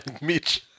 Mitch